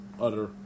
utter